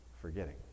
forgetting